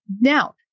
Now